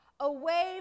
away